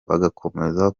bagakomeza